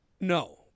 No